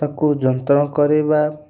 ତାକୁ ଯତ୍ନ କରିବା